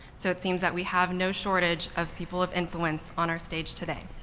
so it seems that we have no shortage of people of influence on our stage today.